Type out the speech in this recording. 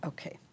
Okay